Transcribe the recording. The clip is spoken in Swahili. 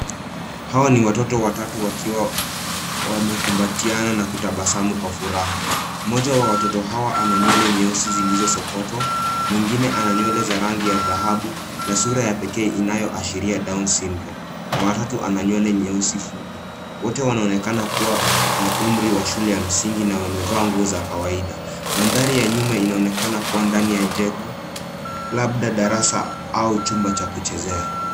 Hawa ni watoto watatu wakiwa wamekumbatiana na kutabasamu kwa furaha. Mmoja wa watoto hawa ana nywele nyeusi zilizosokotwa, mwingine ana nywele za rangi ya dhahabu na sura ya pekee inayoashiria down syndrome , na wa tatu ana nywele nyeusi fupi. Wote wanaonekana kuwa na umri wa shule ya msingi na wamevaa nguo za kawaida. Mandhari ya nyuma inaonekana kuwa ndani ya jengo labda darasa au chumba cha kuchezea.